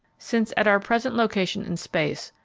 since, at our present location in space,